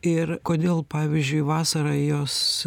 ir kodėl pavyzdžiui vasarą jos